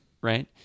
Right